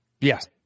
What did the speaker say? Yes